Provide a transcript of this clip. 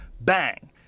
bang